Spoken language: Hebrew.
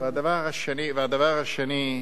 והדבר השני,